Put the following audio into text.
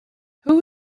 who